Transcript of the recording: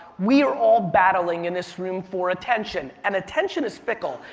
we are all battling in this room for attention. and attention is fickle,